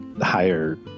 higher